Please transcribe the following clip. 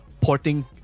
porting